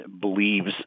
believes